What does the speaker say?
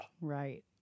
Right